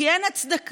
כי אין הצדקה.